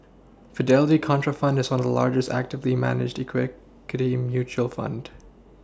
Fidelity Contrafund is one of the largest actively managed mutual fund